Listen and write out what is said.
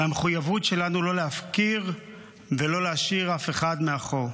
מהמחויבות שלנו לא להפקיר ולא להשאיר אף אחד מאחור.